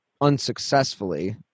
unsuccessfully